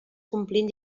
complint